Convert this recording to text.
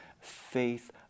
faith